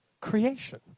creation